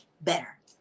better